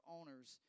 owners